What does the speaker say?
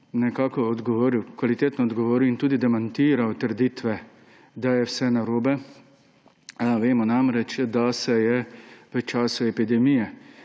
kvalitetno odgovoril, in tudi demantiral trditve, da je vse narobe. Vemo namreč, da se je v času epidemije